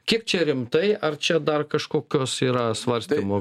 kiek čia rimtai ar čia dar kažkokios yra svarstymo